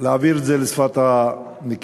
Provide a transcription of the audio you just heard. להעביר את זה לשפת נקבה,